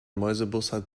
mäusebussard